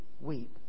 weep